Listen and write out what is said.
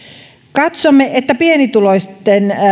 katsomme että pienituloisten